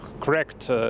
correct